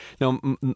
Now